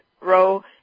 row